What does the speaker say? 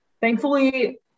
Thankfully